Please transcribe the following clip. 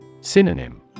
Synonym